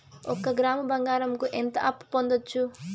ఒక గ్రాము బంగారంకు ఎంత అప్పు పొందొచ్చు